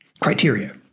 criteria